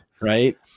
Right